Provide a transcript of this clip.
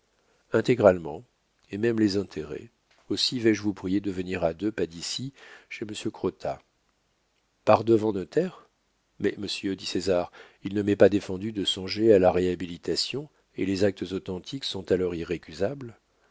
intégralement et même les intérêts aussi vais-je vous prier de venir à deux pas d'ici chez monsieur crottat par devant notaire mais monsieur dit césar il ne m'est pas défendu de songer à la réhabilitation et les actes authentiques sont alors irrécusables